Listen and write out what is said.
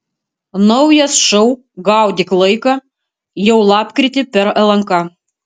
naujas šou gaudyk laiką jau lapkritį per lnk